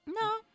No